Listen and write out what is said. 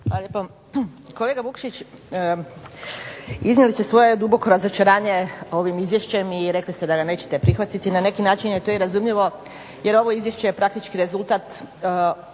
Hvala lijepo. Kolega Vukšić, iznijeli ste svoje duboko razočaranje ovim izvješćem i rekli ste da ga nećete prihvatiti. Na neki način je to i razumljivo jer ovo izvješće je praktički rezultat onog